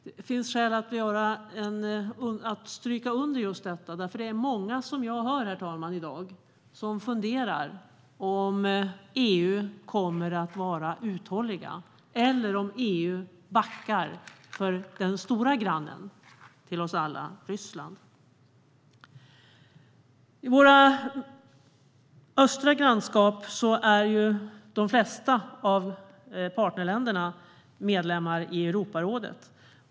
Det finns skäl att stryka under det, för jag hör många i dag fundera, herr talman, om EU kommer att vara uthålligt eller om EU backar för den stora grannen till oss alla, Ryssland. I vårt östra grannskap är de flesta partnerländer medlemmar i Europarådet.